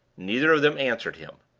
neither of them answered him.